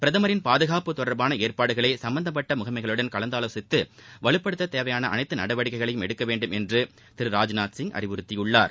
பிரதமின் பாதுகாப்பு தொடர்பான ஏற்பாடுகளை சும்பந்தப்பட்ட முகமைகளுடன் கலந்தாலோசித்து வலப்படுத்த தேவையான அனைத்து நடவடிக்கைகளையும் எடுக்க வேண்டும் என்று திரு ராஜ்நாத் சிங் அறிவுறுத்தியுள்ளார்